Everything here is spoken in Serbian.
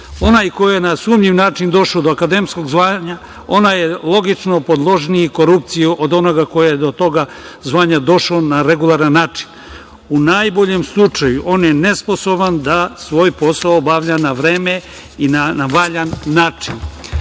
Onaj koji je na sumnjiv način došao do akademskog zvanja, on je logično podložniji i korupciji od onoga koji je do toga zvanja došao na regularan način. U najboljem slučaju on je nesposoban da svoj posao obavlja na vreme i na valjan način.